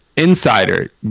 insider